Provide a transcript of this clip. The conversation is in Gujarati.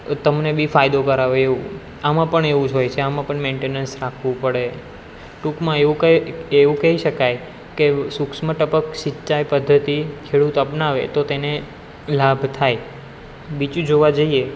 તમને બી ફાયદો કરાવે એવું આમાં પણ એવું જ હોય છે આમાં પણ મેન્ટેનન્સ રાખવું પડે ટૂંકમાં એવું કઈ એવું કહી શકાય કે સૂક્ષ્મ ટપક સિંચાઈ પદ્ધતિ ખેડૂત અપનાવે તો તેને લાભ થાય બીજું જોવા જઈએ